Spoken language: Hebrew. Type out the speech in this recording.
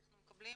אנחנו מקבלים